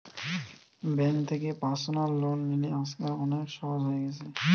bank থেকে personal loan লিলে আজকাল অনেক সহজ হয়ে গেছে